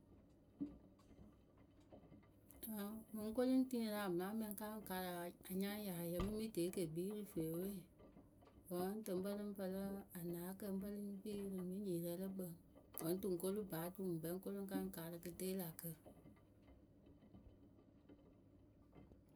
Mɨ ŋ́ kolu ŋ́ tini rɨ amɨlamɛ ŋ́ ka ŋ karɨ anyaŋyaayǝ mɨ mɨtee ke kpii rɨ feewe. Wǝ́ ŋ tɨ ŋ́ pǝlɨ ŋ́ pǝlɨ anaakǝ ŋ́ pǝlɨ ŋ́ kpii rɨ mɨ nyiirɛ lǝ kpǝŋ wǝ́ ŋ́ tɨ ŋ kolu Baadu wɨŋ ŋ́ kolu ŋ́ ka ŋ karɨ kɨtaalakǝ.